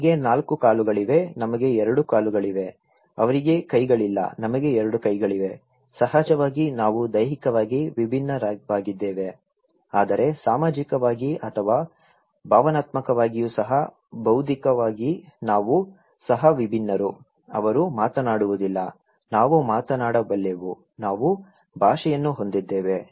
ಅವರಿಗೆ 4 ಕಾಲುಗಳಿವೆ ನಮಗೆ 2 ಕಾಲುಗಳಿವೆ ಅವರಿಗೆ ಕೈಗಳಿಲ್ಲ ನಮಗೆ 2 ಕೈಗಳಿವೆ ಸಹಜವಾಗಿ ನಾವು ದೈಹಿಕವಾಗಿ ವಿಭಿನ್ನವಾಗಿದ್ದೇವೆ ಆದರೆ ಸಾಮಾಜಿಕವಾಗಿ ಅಥವಾ ಭಾವನಾತ್ಮಕವಾಗಿಯೂ ಸಹ ಬೌದ್ಧಿಕವಾಗಿ ನಾವು ಸಹ ವಿಭಿನ್ನರು ಅವರು ಮಾತನಾಡುವುದಿಲ್ಲ ನಾವು ಮಾತನಾಡಬಲ್ಲೆವು ನಾವು ಭಾಷೆಯನ್ನು ಹೊಂದಿದ್ದೇವೆ